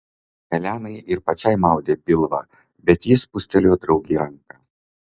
elenai ir pačiai maudė pilvą bet ji spustelėjo draugei ranką